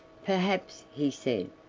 perhaps, he said,